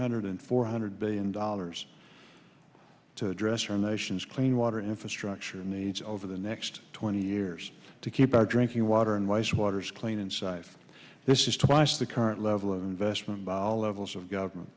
hundred and four hundred billion dollars to address or nation's clean water infrastructure needs over the next twenty years to keep our drinking water and wise water's clean inside if this is twice the current level of investment by all levels of government